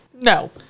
No